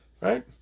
right